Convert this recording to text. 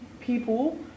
people